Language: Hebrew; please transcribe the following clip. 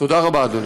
תודה רבה, אדוני.